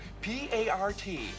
P-A-R-T